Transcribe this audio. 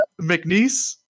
McNeese